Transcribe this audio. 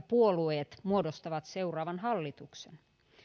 puolueet muodostavat seuraavan hallituksen